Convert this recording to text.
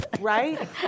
right